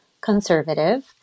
conservative